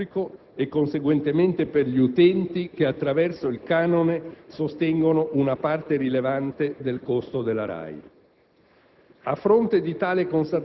un danno per il servizio pubblico e, conseguentemente, per gli utenti che, attraverso il canone, sostengono una parte rilevante del costo della RAI.